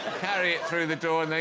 carry it through the door